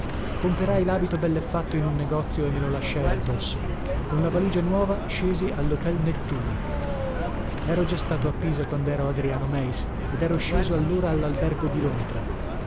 labito belle fatto in un negozio e me lo lasciai addosso con la valigia nuova scesi allhtel nettuno ero già stato a pisa quandero adriano meis ed ero sceso allora allalbergo di londra